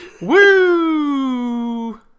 Woo